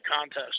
contest